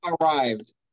arrived